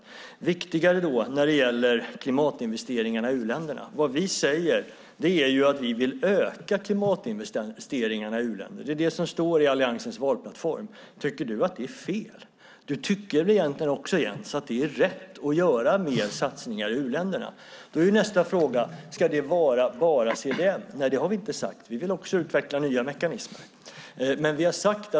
Det är viktigare när det gäller klimatinvesteringarna i u-länderna. Vad vi säger är att vi vill öka klimatinvesteringarna. Det står i Alliansens valplattform. Tycker du att det är fel? Du tycker väl egentligen också, Jens, att det är rätt att göra mer satsningar i u-länderna. Då är nästa fråga: Ska det vara bara CDM? Det har vi inte sagt. Vi vill också utveckla nya mekanismer.